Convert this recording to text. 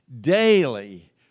Daily